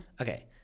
Okay